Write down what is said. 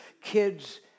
kids